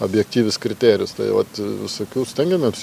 objektyvius kriterijus tai vat visokių stiangiamėms